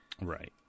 Right